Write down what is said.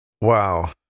Wow